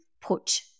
put